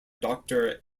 doctor